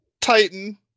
Titan